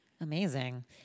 Amazing